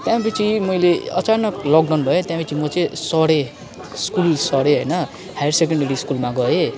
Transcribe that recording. त्यहाँ पछि मैले अचानक लकडाउन भयो त्यहाँ पछि म चाहिँ सरेँ स्कुल सरेँ होइन हायर सेकेन्डेरी स्कुलमा गएँ